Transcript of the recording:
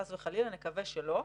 חס וחלילה נקווה שלא.